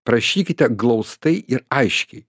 prašykite glaustai ir aiškiai